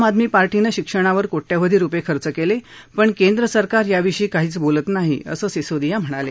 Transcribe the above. आम आदमी पार्टीनं शिक्षणावर कोट्यवधी रुपये खर्च केले पण केंद्र सरकार याविषयी काहीही बोलत नाही असं सिसोदिया यावेळी म्हणाले